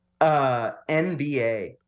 NBA